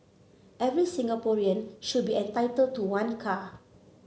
every Singaporean should be entitled to one car